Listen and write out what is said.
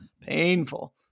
painful